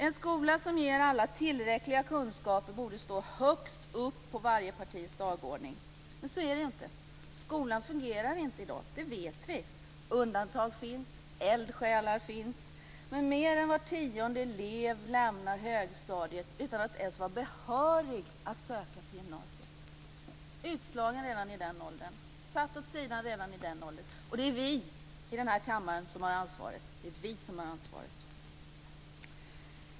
En skola som ger alla tillräckliga kunskaper borde stå högst på varje partis dagordning. Men så är det inte. Skolan fungerar inte i dag, det vet vi. Undantag finns och eldsjälar finns, men mer än var tionde elev lämnar högstadiet utan att ens vara behörig att söka till gymnasiet. Dessa elever är utslagna och satta åt sidan redan i den åldern. Det är vi i denna kammare som har ansvaret.